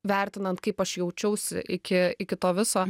vertinant kaip aš jaučiausi iki iki to viso